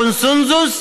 בקונסנזוס,